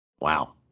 Wow